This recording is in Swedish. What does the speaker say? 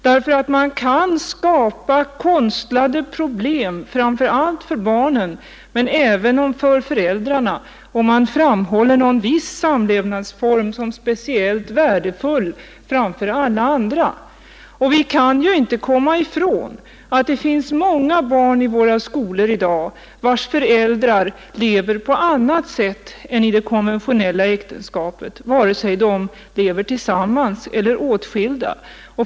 Man kan nämligen skapa konstlade problem, framför allt för barnen men även för föräldrarna, om man framhåller någon viss samlevnadsform som speciellt värdefull framför alla andra. Vi kan inte komma ifrån det faktum att det i dag finns många barn i våra skolor vilkas föräldrar lever på annat sätt än i det konventionella äktenskapet, antingen de lever tillsammans eller är åtskilda.